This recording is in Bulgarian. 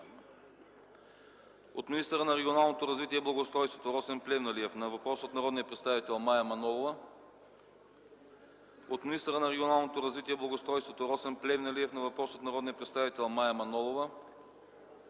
от министъра на регионалното развитие и благоустройството Росен Плевнелиев на въпрос от народния представител Корнелия